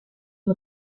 une